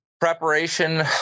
preparation